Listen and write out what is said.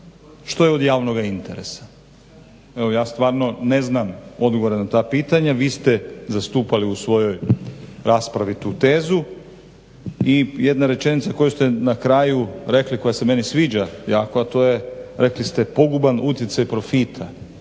što je od javnog interesa? Evo ja stvarno ne znam odgovore na ta pitanja. Vi ste zastupali u svojoj raspravi tu tezu. I jedna rečenica koju ste na kraju rekli koja se mei sviđa jako, a to je rekli ste poguban utjecaj profita.